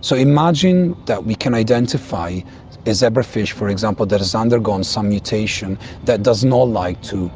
so imagine that we can identify a zebrafish, for example, that has undergone some mutation that does not like to